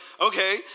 okay